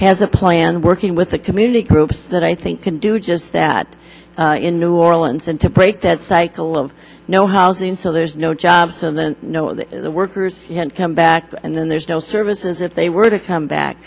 has a plan working with the community groups that i think can do just that in new orleans and to break that cycle of no housing so there's no jobs and then the workers come back and then there's no services if they were to come back